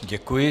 Děkuji.